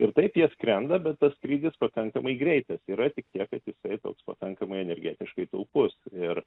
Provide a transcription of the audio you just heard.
ir taip jie skrenda bet tas skrydis pakankamai greitas yra tik tiek kad jisai toks pakankamai energetiškai taupus ir